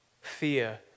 Fear